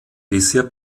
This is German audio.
bisher